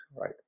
right